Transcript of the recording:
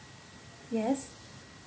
yes